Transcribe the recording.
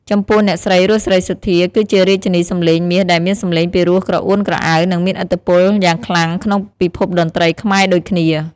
ចំពោះ អ្នកស្រី រស់ សេរីសុទ្ធា គឺជារាជិនីសម្លេងមាសដែលមានសម្លេងពីរោះក្រអួនក្រអៅ និងមានឥទ្ធិពលយ៉ាងខ្លាំងក្នុងពិភពតន្ត្រីខ្មែរដូចគ្នា។